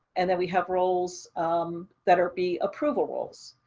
and then we have roles that'll be approval roles.